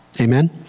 Amen